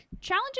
challenging